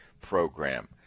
Program